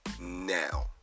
now